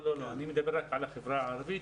אני מדבר רק על החברה הערבית.